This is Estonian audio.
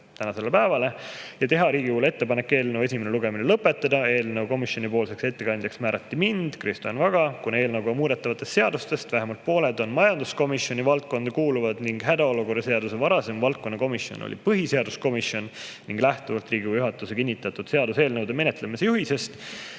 tänasele päevale, ja teha Riigikogule ettepanek eelnõu esimene lugemine lõpetada. Eelnõu komisjoni ettekandjaks määrati mind, Kristo Enn Vaga. Kuna eelnõuga muudetavatest seadustest vähemalt pooled kuuluvad majanduskomisjoni valdkonda ja hädaolukorra seaduse varasem valdkonnakomisjon oli põhiseaduskomisjon ning lähtudes Riigikogu juhatuse kinnitatud seaduseelnõude menetlemise juhisest,